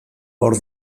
hor